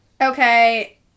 Okay